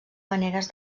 maneres